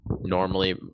normally